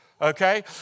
okay